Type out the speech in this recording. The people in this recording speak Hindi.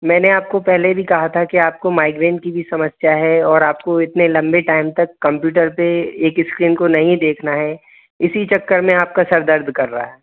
मैंने आपको पहले भी कहा था कि आपको माइग्रेन की भी समस्या है और आपको इतने लंबे टाइम तक कंप्यूटर पर एक इस्क्रीन को नहीं देखना है इसी चक्कर में आपका सिर दर्द कर रहा है